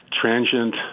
transient